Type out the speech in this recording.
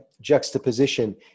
juxtaposition